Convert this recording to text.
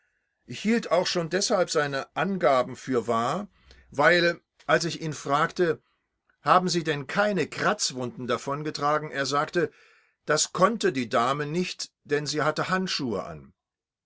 hielt auch schon deshalb seine angaben für wahr weil als ich ihn fragte haben sie denn keine kratzwunden davongetragen er sagte das konnte die dame nicht denn sie hatte handschuhe an